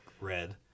Red